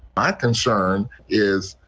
ah concern is.